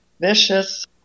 vicious